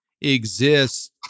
exists